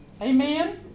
Amen